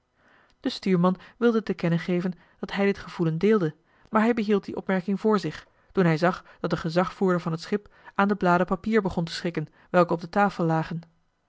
de stuurman wilde te kennen geven dat hij dit gevoelen deelde maar hij behield die opmerking voor zich toen hij zag dat de gezagvoerder van het schip aan de bladen papier begon te schikken welke op de tafel lagen